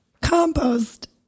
compost